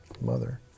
mother